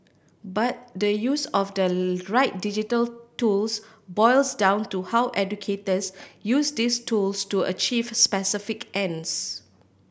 but the use of the right digital tools boils down to how educators use these tools to achieve specific ends